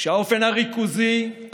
שהאופן הריכוזי,